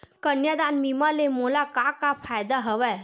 कन्यादान बीमा ले मोला का का फ़ायदा हवय?